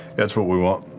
that's what we want.